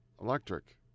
electric